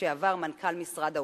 לשעבר מנכ"ל משרד האוצר,